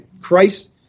Christ